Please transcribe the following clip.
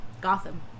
Gotham